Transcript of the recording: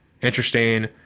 interesting